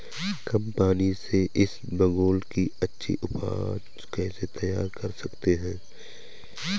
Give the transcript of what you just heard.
कम पानी से इसबगोल की अच्छी ऊपज कैसे तैयार कर सकते हैं?